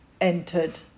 entered